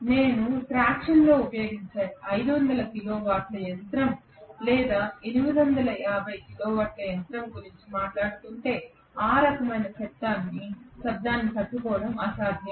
నేను ట్రాక్షన్లో ఉపయోగించే 500 కిలోవాట్ల యంత్రం లేదా 850 కిలోవాట్ల యంత్రం గురించి మాట్లాడుతుంటే ఆ రకమైన శబ్దాన్ని తట్టుకోవడం అసాధ్యం